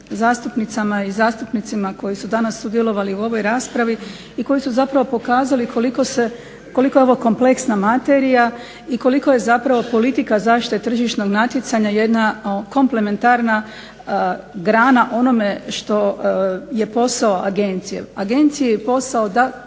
zastupnicama i zastupnicima koji su danas sudjelovali u ovoj raspravi i koji su zapravo pokazali koliko je ovo kompleksna materija i koliko je zapravo politika zaštite tržišnog natjecanja jedna komplementarna grana onome što je posao agencije. Agenciji je posao da